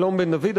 אלון בן-דוד,